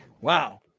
Wow